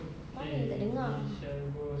mana you tak dengar